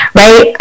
right